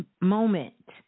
moment